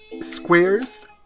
Squares